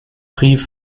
prix